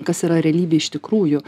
kas yra realybė iš tikrųjų